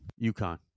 UConn